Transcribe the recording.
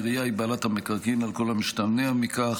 העירייה היא בעלת המקרקעין על כל המשתמע מכך,